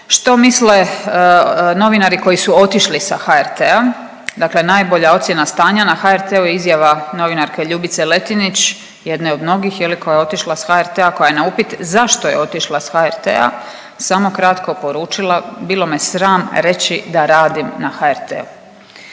što misle novinari koji su otišli sa HRT-a. Dakle, najbolja ocjena stanja na HRT-u je izjava novinarske Ljubice Letinić, jedne od mnogih je li koja je otišla sa HRT-a koja je na upit zašto je otišla sa HRT-a samo kratko poručila bilo me sram reći da radim na HRT-